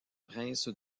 prince